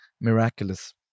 Miraculous